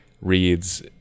reads